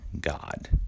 God